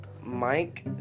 mike